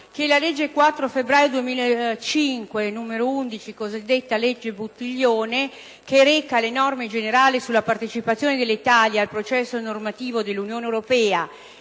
alla legge 4 febbraio 2005, n. 11 (cosiddetta legge Buttiglione), che reca le norme generali sulla partecipazione dell'Italia al processo normativo dell'Unione europea